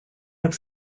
have